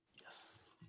Yes